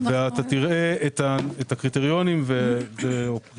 שבה תראה את הקריטריונים האובייקטיביים.